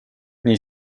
nii